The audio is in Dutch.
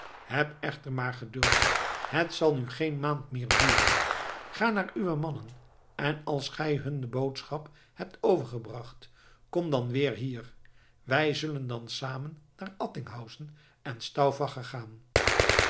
heb echter maar geduld het zal nu geen maand meer duren ga naar uwe mannen en als gij hun de boodschap hebt overgebracht kom dan weer hier wij zullen dan samen naar attinghausen en stauffacher gaan